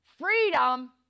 Freedom